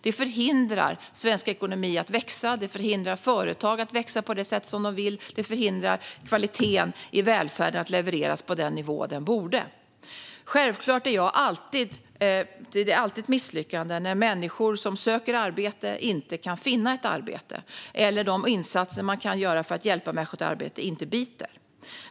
Det förhindrar svensk ekonomi att växa. Det förhindrar företag att växa på det sätt som de vill. Det förhindrar att kvaliteten i välfärden levereras på den nivå som den borde. Självklart är det alltid ett misslyckande när människor som söker arbete inte kan finna ett arbete eller när de insatser man kan göra för att hjälpa människor till arbete inte biter.